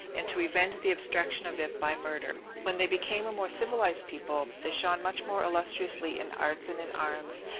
and to revenge the obstruction of it by murder. when they became a more civilized people, they shone much more illustriously in arts and in arms,